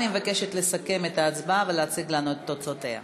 אני מבקשת לסכם את ההצבעה ולהציג לנו את תוצאותיה.